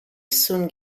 soon